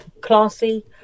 classy